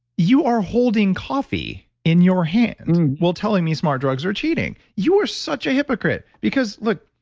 you are holding coffee in your hand while telling me smart drugs are cheating. you are such a hypocrite because look,